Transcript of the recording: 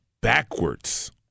backwards